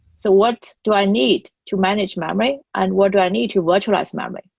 so what do i need to manage memory and what do i need to virtualize memory?